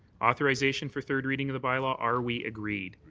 authorization for third reading of the bylaw, are we agreed?